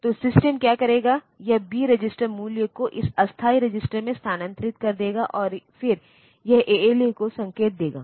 तो सिस्टम क्या करेगा यह बी रजिस्टर मूल्य को इस अस्थायी रजिस्टर में स्थानांतरित कर देगा और फिर यह ALU को वह संकेत देगा